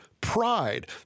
pride